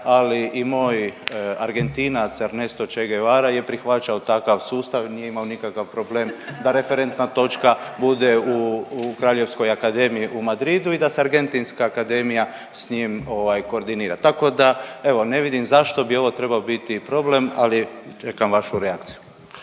ali i moj Argentinac Ernesto Che Guevara je prihvaćao takav sustav, nije imao nikakav problem da referentna točka bude u Kraljevskoj akademiji u Madridu i da se argentinska akademija s njim koordinira. Tako da evo ne vidim zašto bi ovo trebao biti problem ali čekam vašu reakciju.